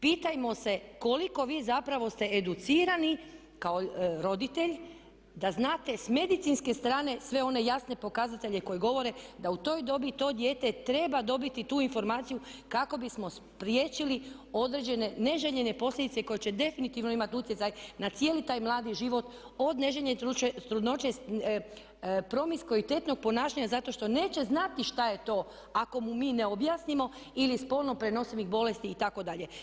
Pitajmo se koliko vi zapravo ste educirani kao roditelj da znate s medicinske strane sve one jasne pokazatelje koji govore da u toj dobi to dijete treba dobiti tu informaciju kako bismo spriječili određene neželjene posljedice koje će definitivno imati utjecaj na cijeli taj mladi život od neželjene trudnoće, promiskuitetnog ponašanja zato što neće znati što je to ako mu mi ne objasnimo ili spolno prenosivih bolesti itd.